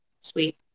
Sweet